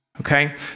Okay